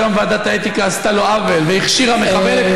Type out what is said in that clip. שהיום ועדת האתיקה עשתה לו עוול והכשירה מחבלת,